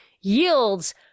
yields